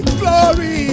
glory